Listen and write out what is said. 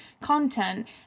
content